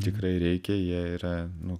tikrai reikia jie yra nu